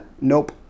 Nope